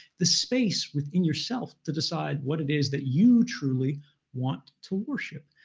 the space within yourself to decide what it is that you truly want to worship.